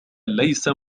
ليس